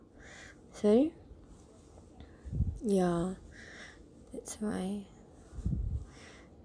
sorry ya that's why